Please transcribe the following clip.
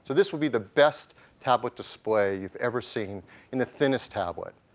this would be the best tablet display you've ever seen and the thinnest tablet,